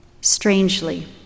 Strangely